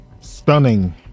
stunning